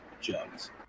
jugs